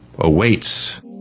awaits